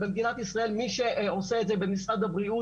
במדינת ישראל מי שעושה את זה במשרד הבריאות,